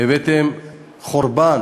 הבאתם חורבן